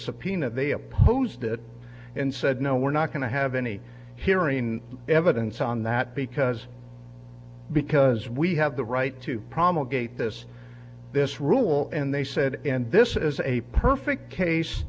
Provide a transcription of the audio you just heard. subpoena they opposed it and said no we're not going to have any hearing evidence on that because because we have the right to promulgated this this rule and they said and this is a perfect case